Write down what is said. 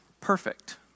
perfect